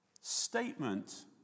statement